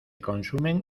consumen